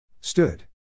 Stood